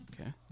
Okay